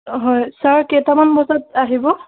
অঁ হয় ছাৰ কেইটামান বজাত আহিব